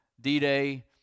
D-Day